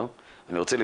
וגם כמובן כל השירותים,